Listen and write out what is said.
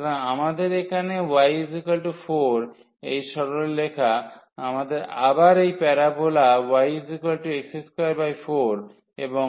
সুতরাং আমাদের এখানে y 4 এই সরলরেখা আমাদের আবার এই প্যারোবোলা yx24 এবং